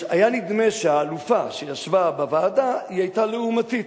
היה נדמה שהאלופה שישבה בוועדה, היא היתה לעומתית.